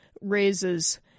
raises